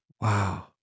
Wow